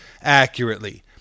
accurately